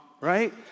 right